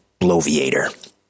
Bloviator